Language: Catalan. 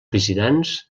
visitants